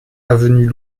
avenue